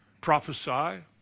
prophesy